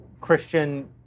Christian